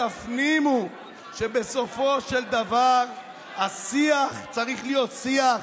תפנימו שבסופו של דבר השיח צריך להיות שיח